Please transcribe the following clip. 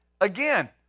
again